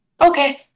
Okay